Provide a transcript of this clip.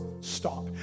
stop